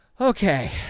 Okay